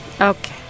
Okay